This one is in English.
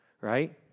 Right